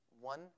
one